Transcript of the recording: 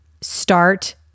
start